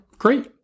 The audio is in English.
great